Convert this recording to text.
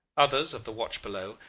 others, of the watch below,